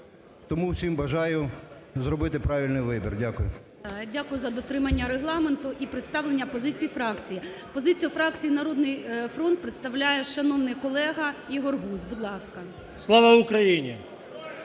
тому всім бажаю зробити правильний вибір. Дякую. ГОЛОВУЮЧИЙ. Дякую за дотримання Регламенту і представлення позиції фракції. Позицію фракції "Народний фронт" представляє шановний колега Ігор Гузь, будь ласка.